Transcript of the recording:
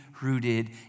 rooted